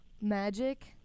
Magic